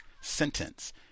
sentence